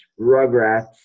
Rugrats